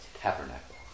tabernacle